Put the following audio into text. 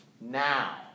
now